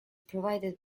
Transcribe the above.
provided